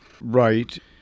right